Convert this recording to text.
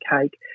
cake